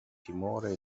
timore